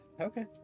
Okay